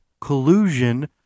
collusion